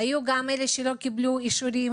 היו גם אלה שלא קיבלו אישורים,